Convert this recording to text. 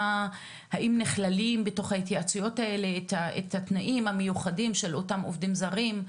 האם נכללים בתוך ההתייעצויות האלה התנאים המיוחדים של אותם עובדים זרים,